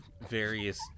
various